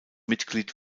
mitglied